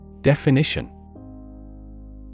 Definition